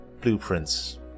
blueprints